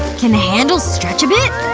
can the handles stretch a bit?